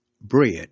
Bread